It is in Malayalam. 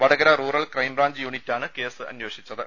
വടകര റൂറൽ ക്രൈംബ്രാഞ്ച് യൂണിറ്റാണ് കേസ് അന്വേഷിച്ചത്